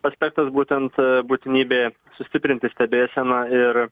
aspektas būtent būtinybė sustiprinti stebėseną ir